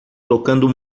tocando